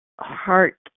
heart